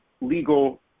legal